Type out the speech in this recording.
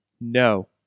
No